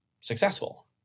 successful